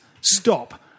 Stop